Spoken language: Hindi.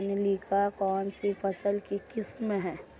सोनालिका कौनसी फसल की किस्म है?